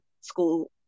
school